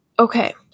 Okay